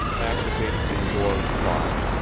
activated the yore's lock,